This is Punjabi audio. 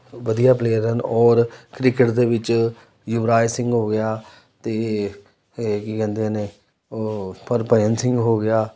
ਵਧੀਆ ਪਲੇਅਰ ਹਨ ਔਰ ਕ੍ਰਿਕਟ ਦੇ ਵਿੱਚ ਯੁਵਰਾਜ ਸਿੰਘ ਹੋ ਗਿਆ ਅਤੇ ਇਹ ਇਹ ਕੀ ਕਹਿੰਦੇ ਨੇ ਉਹ ਹਰਭਜਨ ਸਿੰਘ ਹੋ ਗਿਆ